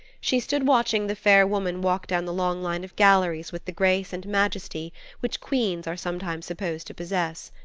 she stood watching the fair woman walk down the long line of galleries with the grace and majesty which queens are sometimes supposed to possess.